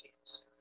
teams